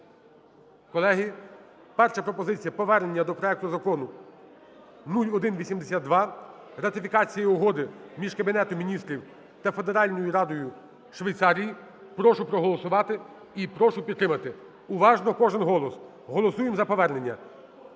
Колеги, перша пропозиція: повернення до проекту Закону 0182, ратифікація Угоди між Кабінетом Міністрів та Федеральною радою Швейцарії. Прошу проголосувати і прошу підтримати. Уважно, кожен голос. Голосуємо за повернення.